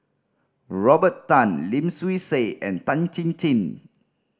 Robert Tan Lim Swee Say and Tan Chin Chin